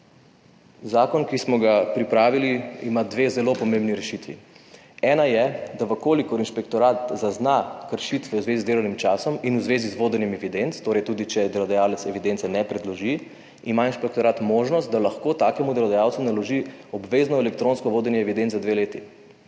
Zakon, ki smo ga pripravili, ima dve zelo pomembni rešitvi. Ena je, da v kolikor inšpektorat zazna kršitve v zvezi z delovnim časom in v zvezi z vodenjem evidenc, torej tudi če delodajalec evidence ne predloži, ima inšpektorat možnost, da lahko takemu delodajalcu naloži obvezno elektronsko vodenje evidenc za 2 leti.